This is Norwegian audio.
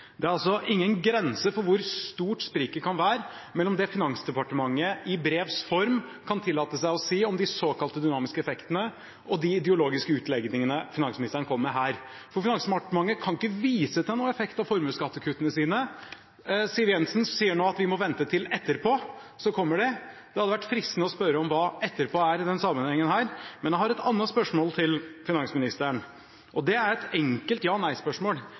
Det er altså ingen grense for hvor stort spriket kan være mellom det Finansdepartementet i brevs form kan tillate seg å si om de såkalt dynamiske effektene, og de ideologiske utlegningene finansministeren kommer med her. For Finansdepartementet kan ikke vise til noen effekt av formuesskattekuttene sine. Siv Jensen sier nå at vi må vente til etterpå, så kommer de. Det hadde vært fristende å spørre om hva «etterpå» er i denne sammenhengen. Men jeg har et annet spørsmål til finansministeren. Det er et enkelt ja-